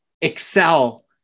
excel